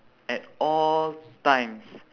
at all times